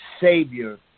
Savior